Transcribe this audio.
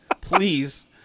Please